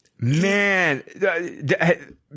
man